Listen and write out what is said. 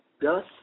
thus